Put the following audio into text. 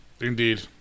Indeed